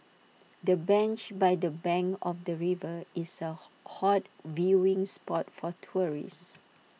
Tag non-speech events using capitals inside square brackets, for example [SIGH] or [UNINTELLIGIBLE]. the bench by the bank of the river is A [UNINTELLIGIBLE] hot viewing spot for tourists